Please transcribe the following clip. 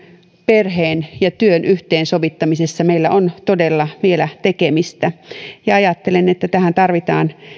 perheen ja työn yhteensovittamisessa meillä on todella vielä tekemistä ja ajattelen että tähän tarvitaan